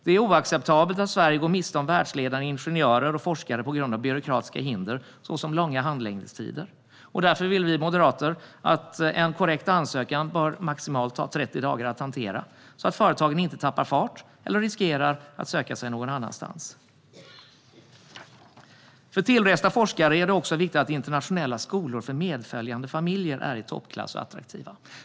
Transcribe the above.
Det är oacceptabelt att Sverige går miste om världsledande ingenjörer och forskare på grund av byråkratiska hinder såsom långa handläggningstider. Därför vill vi moderater att en korrekt ansökan bör ta maximalt 30 dagar att hantera, så att företagen inte tappar fart eller att vi riskerar att man söker sig någon annanstans. För tillresta forskare är det också viktigt att internationella skolor för medföljande familjemedlemmar är i toppklass och attraktiva.